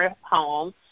home